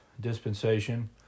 dispensation